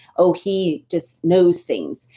oh, he just knows things.